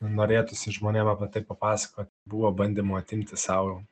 norėtųsi žmonėm apie tai papasakot buvo bandymų atimti sau